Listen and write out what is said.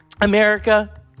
America